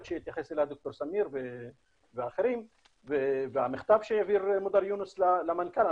שהתייחס אליה ד"ר סמיר ואחרים והמכתב שהעביר מודר יונס למנכ"ל.